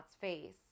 face